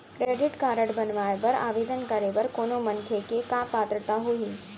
Credit card बनवाए बर आवेदन करे बर कोनो मनखे के का पात्रता होही?